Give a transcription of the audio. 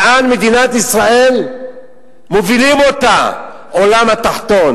לאן מוביל את מדינת ישראל העולם התחתון,